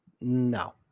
No